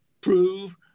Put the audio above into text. prove